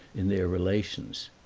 in their relations.